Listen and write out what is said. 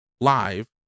live